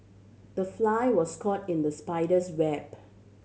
the fly was caught in the spider's web